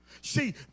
See